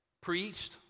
preached